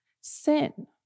sin